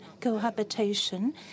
cohabitation